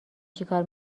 چیکار